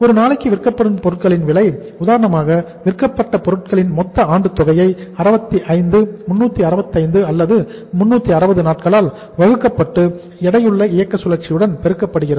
ஒரு நாளுக்கு விற்கப்படும் பொருட்களின் விலை உதாரணமாக விற்கப்பட்ட பொருட்களின் மொத்த ஆண்டுத் தொகையை 65 365 அல்லது 360 நாட்களால் வகுக்கப்பட்டு எடையுள்ள இயக்கச் சுழற்சியுடன் பெருக்கப்படுகிறது